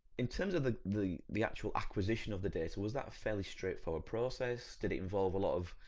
in terms of the the the actual acquisition of the data, was that a fairly straightforward process? did it involve a lot of